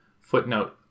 Footnote